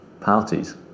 parties